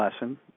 lesson